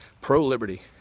pro-liberty